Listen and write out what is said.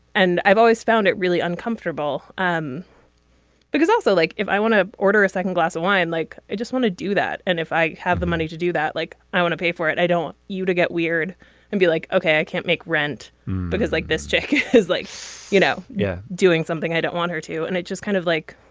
and i've always found it really uncomfortable um because i also like if i want to order a second glass of wine like i just want to do that and if i have the money to do that like i want to pay for it i don't want you to get weird and be like okay i can't make rent because like this chick is like you know yeah doing something i don't want her to. and it just kind of like